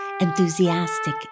enthusiastic